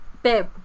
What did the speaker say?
Babe